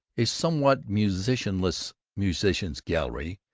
a somewhat musicianless musicians'-gallery,